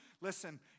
Listen